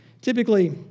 Typically